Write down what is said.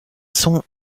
sons